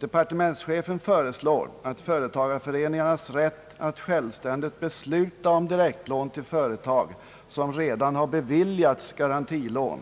Departementschefen föreslår att företagareföreningarnas rätt att självständigt besluta om direktlån till företag som redan har beviljats garantilån